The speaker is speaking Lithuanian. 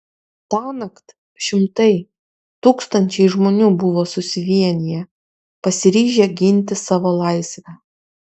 tąnakt šimtai tūkstančiai žmonių buvo susivieniję pasiryžę ginti savo laisvę